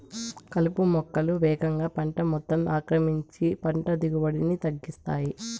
కలుపు మొక్కలు వేగంగా పంట మొత్తం ఆక్రమించి పంట దిగుబడిని తగ్గిస్తాయి